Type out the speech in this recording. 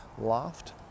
loft